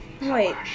wait